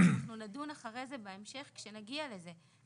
אנחנו נדון אחרי זה בהמשך כשנגיע לזה,